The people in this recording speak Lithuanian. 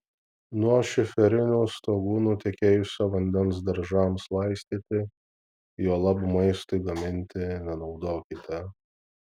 nuo šiferinių stogų nutekėjusio vandens daržams laistyti juolab maistui gaminti nenaudokite